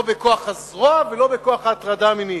לא בכוח הזרוע ולא בכוח ההטרדה המינית.